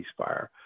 ceasefire